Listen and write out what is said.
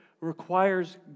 requires